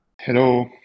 Hello